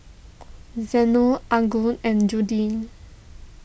Zeno Angus and Judith